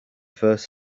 first